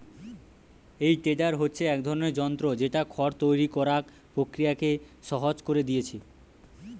এই টেডার হচ্ছে এক ধরনের যন্ত্র যেটা খড় তৈরি কোরার প্রক্রিয়াকে সহজ কোরে দিয়েছে